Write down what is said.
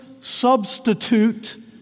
substitute